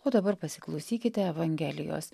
o dabar pasiklausykite evangelijos